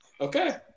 okay